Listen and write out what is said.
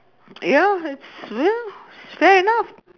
ya it's ya fair enough